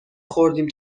خوردیم